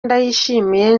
ndayishimiye